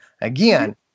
Again